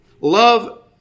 Love